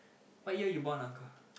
what year you born uncle